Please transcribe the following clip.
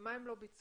מה הם לא ביצעו?